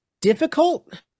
difficult